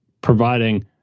providing